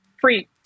free